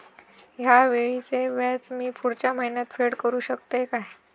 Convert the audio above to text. हया वेळीचे व्याज मी पुढच्या महिन्यात फेड करू शकतय काय?